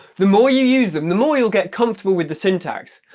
the more you use them, the more you'll get comfortable with the syntax,